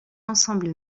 ensemble